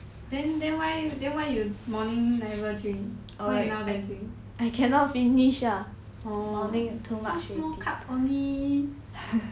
then then why then why you morning never drink why you now then drink orh so small cup only